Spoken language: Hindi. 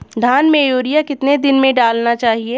धान में यूरिया कितने दिन में डालना चाहिए?